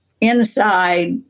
Inside